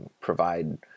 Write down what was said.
provide